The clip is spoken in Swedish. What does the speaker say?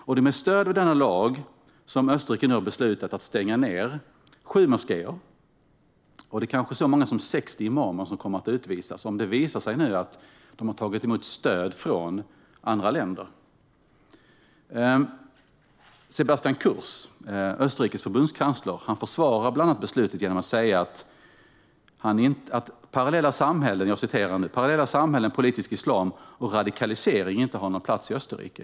Det är med stöd av denna lag som Österrike nu har beslutat att stänga ned sju moskéer och utvisa kanske så många som 60 imamer om det nu visar sig att de har tagit emot stöd från andra länder. Sebastian Kurz, Österrikes förbundskansler, försvarar beslutet med att bland annat säga att "parallella samhällen, politisk islam och radikalisering" inte har någon plats i Österrike.